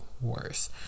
worse